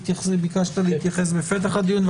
ביקשת להתייחס בפתח הדיון,